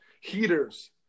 heaters